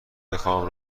بخواهم